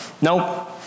nope